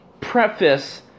preface